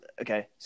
okay